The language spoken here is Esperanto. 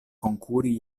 konkuri